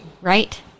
Right